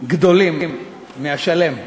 גדולים מהשלם.